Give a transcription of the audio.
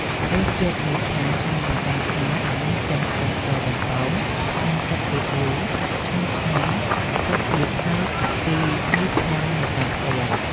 រសជាតិមីឆាតាមចិញ្ចើមថ្នល់ដែលមានក្លិនខ្ទឹមសបំពងនិងទឹកស៊ីអ៊ីវឈ្ងុយឆ្ងាញ់ពិតជាប្លែកពីមីឆានៅតាមផ្ទះ។